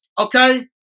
okay